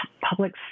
public